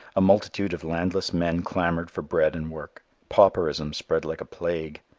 a multitude of landless men clamored for bread and work. pauperism spread like a plague.